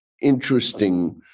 interesting